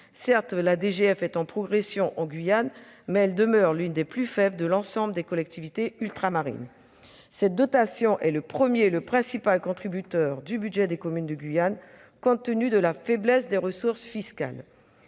Certes, la DGF est en progression en Guyane, mais elle demeure l'une des plus faibles de l'ensemble des collectivités ultramarines. Or elle est la première et principale source contributive au budget des communes de Guyane, compte tenu de la faiblesse des ressources fiscales.